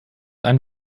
einen